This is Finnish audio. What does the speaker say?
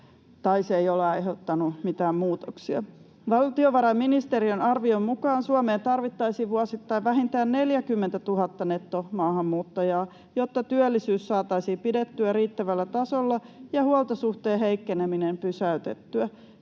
tai se ei ole aiheuttanut mitään muutoksia. Valtiovarainministeriön arvion mukaan Suomeen tarvittaisiin vuosittain vähintään 40 000 nettomaahanmuuttajaa, jotta työllisyys saataisiin pidettyä riittävällä tasolla ja huoltosuhteen heikkeneminen pysäytettyä.